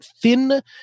thin